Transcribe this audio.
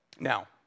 Now